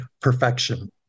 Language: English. perfection